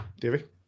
david